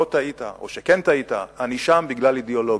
לא טעית, או שכן טעית, אני שם בגלל אידיאולוגיה.